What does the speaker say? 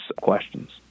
questions